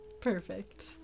Perfect